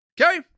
Okay